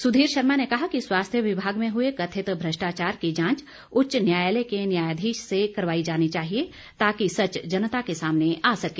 सुधीर शर्मा ने स्वास्थ्य विभाग में हुए कथित भ्रष्टाचार की जांच उच्च न्यायालय के न्यायाधीश से करवाई जानी चाहिए ताकि सच जनता के सामने आ सके